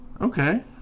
Okay